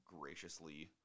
graciously